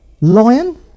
lion